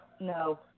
no